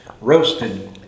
Roasted